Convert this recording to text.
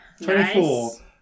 24